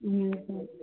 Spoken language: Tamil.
ம்